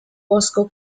bosco